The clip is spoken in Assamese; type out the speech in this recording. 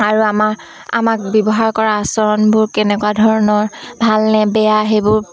আৰু আমাৰ আমাক ব্যৱহাৰ কৰা আচৰণবোৰ কেনেকুৱা ধৰণৰ ভাল নে বেয়া সেইবোৰ